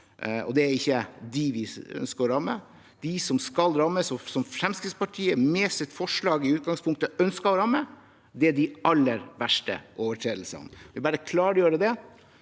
det er ikke dem vi ønsker å ramme. Det som skal rammes, og som Fremskrittspartiet med sitt forslag i utgangspunktet ønsker å ramme, er de aller verste overtredelsene. Jeg ville bare klargjøre det,